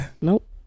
nope